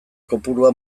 kopurua